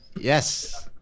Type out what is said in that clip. Yes